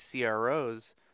CROs